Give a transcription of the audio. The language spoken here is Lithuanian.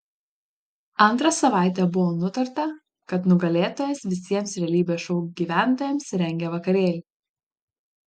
antrą savaitę buvo nutarta kad nugalėtojas visiems realybės šou gyventojams rengia vakarėlį